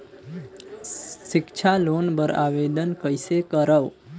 सिक्छा लोन बर आवेदन कइसे करव?